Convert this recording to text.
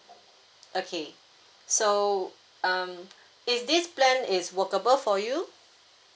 okay so um is this plan is workable for you